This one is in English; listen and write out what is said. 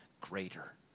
greater